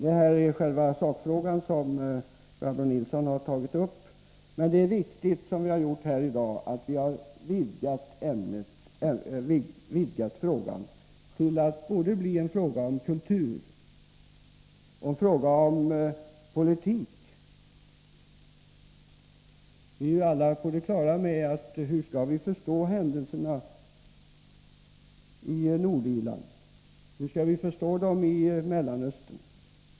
Det är bra att vi i dag har vidgat den sakfråga som Barbro Nilsson har aktualiserat till att bli en fråga om både kultur och politik. Vi är alla på det klara med problemet hur vi skall kunna förstå händelserna i Nordirland och Mellanöstern.